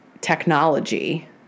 technology